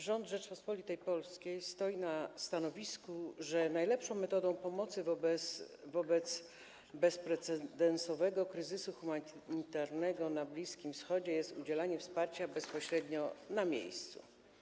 Rząd Rzeczypospolitej Polskiej stoi na stanowisku, że najlepszą metodą pomocy wobec bezprecedensowego kryzysu humanitarnego na Bliskim Wschodzie jest udzielanie wsparcia bezpośrednio na miejscu.